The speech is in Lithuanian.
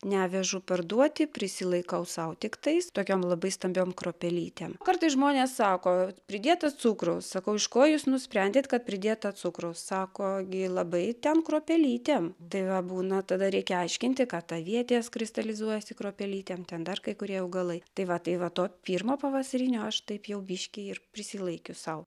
nevežu parduoti prisilaikau sau tiktais tokiom labai stambiom kruopelytėm kartais žmonės sako pridėta cukraus sakau iš ko jūs nusprendėt kad pridėta cukraus sako gi labai ten kruopelytėm tai va būna tada reikia aiškinti kad avietės kristalizuojasi kruopelytėm ten dar kai kurie augalai tai va tai va to pirmo pavasarinio aš taip jau biškį ir prisilaikius sau